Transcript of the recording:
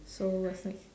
so what's next